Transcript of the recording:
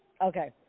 Okay